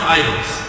idols